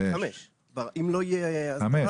5. 5. אם לא תהיה אסדרה.